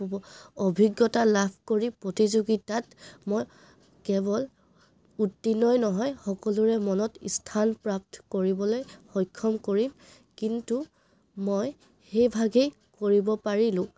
অভিজ্ঞতা লাভ কৰি প্ৰতিযোগিতাত মই কেৱল উত্তীৰ্ণই নহয় সকলোৰে মনত স্থানপাপ্ত কৰিবলৈ সক্ষম কৰিম কিন্তু মই সেইভাগেই কৰিব পাৰিলোঁ